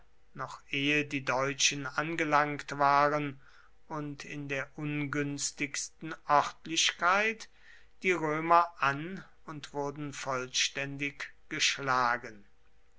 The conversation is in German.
noch ehe die deutschen angelangt waren und in der ungünstigsten örtlichkeit die römer an und wurden vollständig geschlagen